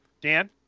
Dan